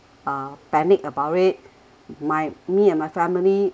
uh panic about it my me and my family